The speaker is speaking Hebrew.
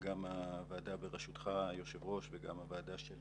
גם הוועדה בראשותך, היושב ראש, וגם הוועדה של